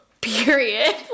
Period